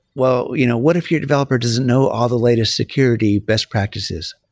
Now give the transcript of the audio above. well, you know what if your developer doesn't know all the latest security best practices?